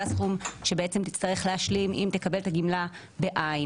זה הסכום שתצטרך להשלים אם תקבל את הגמלה בעין.